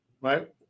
right